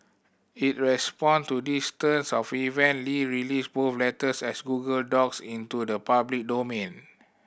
in response to this turns of event Li released both letters as Google Docs into the public domain